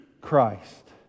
Christ